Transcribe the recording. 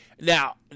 now